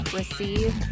receive